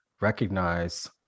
recognize